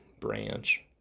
branch